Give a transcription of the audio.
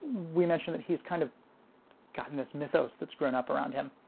we mentioned that he's kind of gotten this mythos that's grown up around him